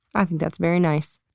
i think that's very nice.